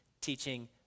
teaching